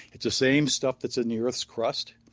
it's the same stuff that's in the earth's crust.